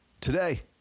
today